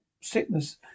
sickness